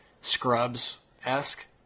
Scrubs-esque